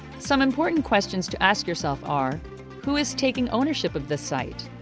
some important questions to ask yourself are who is taking ownership of this site?